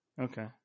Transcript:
Okay